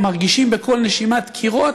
מרגיש בכל נשימה דקירות.